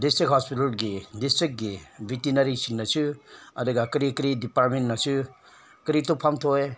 district ꯍꯣꯁꯄꯤꯇꯥꯜꯒꯤ ꯗꯤꯁꯇ꯭ꯔꯤꯛꯀꯤ ꯚꯦꯇꯤꯅꯔꯤꯁꯤꯡꯅꯁꯨ ꯑꯗꯨꯒ ꯀꯔꯤ ꯀꯔꯤ ꯗꯤꯄꯥꯔꯠꯃꯦꯟꯅꯁꯨ ꯀꯔꯤ ꯇꯧꯐꯝ ꯊꯣꯛꯑꯦ